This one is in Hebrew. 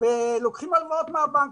ולוקחים הלוואות מהבנקים.